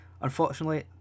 Unfortunately